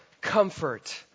comfort